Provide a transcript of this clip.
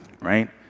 right